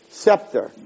scepter